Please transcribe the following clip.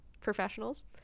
professionals